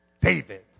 David